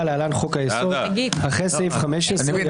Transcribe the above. )להלן חוק היסוד (אחרי סעיף 15 יבוא".